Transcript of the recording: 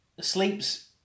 sleeps